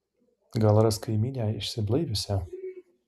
gal ras kaimynę išsiblaiviusią